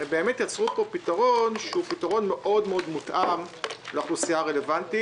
הם באמת יצרו פה פתרון שהוא פתרון מאוד מאוד מותאם לאוכלוסייה הרלוונטית